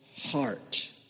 heart